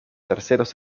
terceros